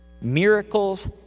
Miracles